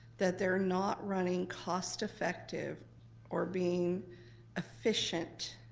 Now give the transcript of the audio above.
that they're not running cost effective or being efficient